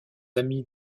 amis